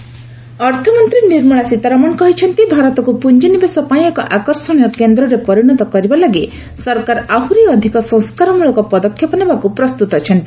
Sitharaman reforms ଅର୍ଥମନ୍ତ୍ରୀ ନିର୍ମଳା ସୀତାରମଣ କହିଛନ୍ତି ଭାରତକୁ ପୁଞ୍ଚିନିବେଶ ପାଇଁ ଏକ ଆକର୍ଷଣୀୟ କେନ୍ଦ୍ରରେ ପରିଣତ କରିବା ଲାଗି ସରକାର ଆହୁରି ଅଧିକ ସଂସ୍କାରମଳକ ପଦକ୍ଷେପ ନେବାକୁ ପ୍ରସ୍ତୁତ ଅଛନ୍ତି